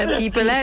people